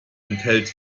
enthält